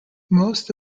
most